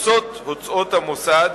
מכוסות הוצאות המוסד